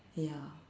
ya